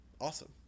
awesome